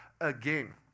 again